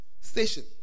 station